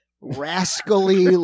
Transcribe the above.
rascally